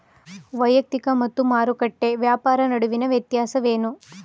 ವೈಯಕ್ತಿಕ ಮತ್ತು ಮಾರುಕಟ್ಟೆ ವ್ಯಾಪಾರ ನಡುವಿನ ವ್ಯತ್ಯಾಸವೇನು?